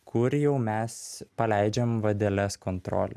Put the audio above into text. kur jau mes paleidžiam vadeles kontrolę